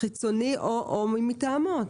החיצוני או מי מטעמו.